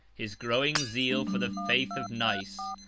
his growing zeal for the faith of nice,